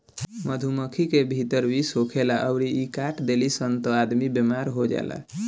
मधुमक्खी के भीतर विष होखेला अउरी इ काट देली सन त आदमी बेमार हो जाला